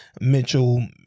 Mitchell